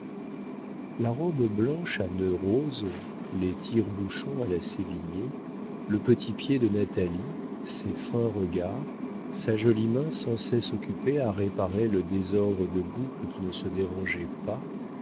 la robe blanche à nœuds roses les tire-bouchons à la sévigné le petit pied de natalie ses fins regards sa jolie main sans cesse occupée à réparer le désordre de boucles qui ne se dérangeaient pas